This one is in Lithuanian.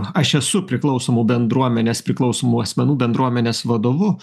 aš esu priklausomų bendruomenės priklausomų asmenų bendruomenės vadovu